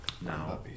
now